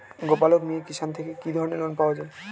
গোপালক মিয়ে কিষান থেকে কি ধরনের লোন দেওয়া হয়?